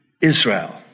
Israel